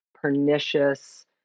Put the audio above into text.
pernicious